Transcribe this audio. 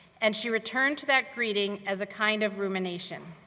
and she returned to that greeting as a kind of rumination,